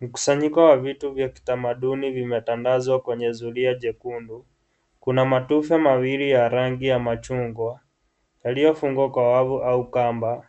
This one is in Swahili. Mkusanyiko wa vitu vya kitamaduni vimetandazwa kwenye zulia jekundu, kuna matufe mawili ya rangi ya machungwa, yalio fungwa kwa wavu au kamba,